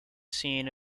seen